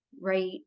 right